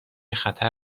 خطر